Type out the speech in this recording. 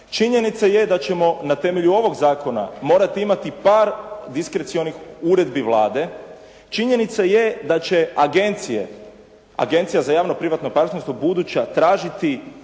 činjenica je da ćemo na temelju ovog zakona morati imati par diskrecionih uredbi Vlade, činjenica je da će agencije, Agencija za javno privatno partnerstvo buduća tražiti